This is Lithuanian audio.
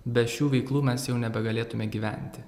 be šių veiklų mes jau nebegalėtume gyventi